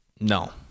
No